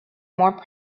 more